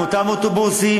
הם ביקשו לבוא לפה,